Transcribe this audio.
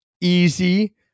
easy